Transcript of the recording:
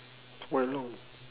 quite long